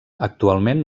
actualment